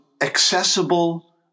accessible